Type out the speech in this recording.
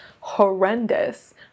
horrendous